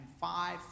five